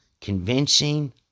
convincing